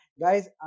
guys